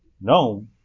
no